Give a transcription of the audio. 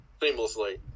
seamlessly